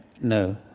No